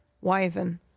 Wyvern